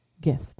gift